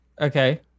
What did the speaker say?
Okay